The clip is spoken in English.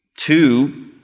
Two